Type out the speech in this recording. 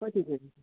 कति खेप